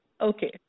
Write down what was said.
Okay